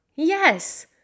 yes